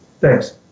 Thanks